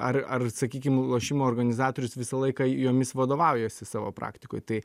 ar ar sakykim lošimų organizatorius visą laiką jomis vadovaujasi savo praktikoj tai